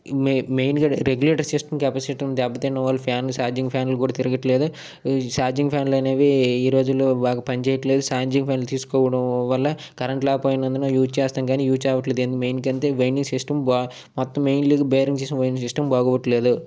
మె మెయిన్గా regulator system capacitor దెబ్బతినడం వల్ల ఫాన్ ఛార్జింగ్ ఫ్యాన్లు కూడా తిరగట్లేదు ఈ ఛార్జింగ్ ఫ్యాన్లు అనేవి ఈ రోజుల్లో బాగా పని చేయట్లేదు ఛార్జింగ్ ఫ్యాన్లు తీసుకోవడం వల్ల కరెంట్ లేకపోయినందున యూస్ చేస్తాం కానీ యూస్ అవ్వట్లేదు ఎందుకంటే మెయిన్ వైరింగ్ సిస్టమ్ బా మొత్తం mainly bearing system wiring system బాగోట్లేదు